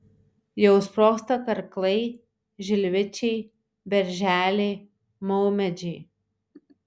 jau sprogsta karklai žilvičiai berželiai maumedžiai